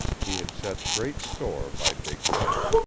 he had set great store by big matt.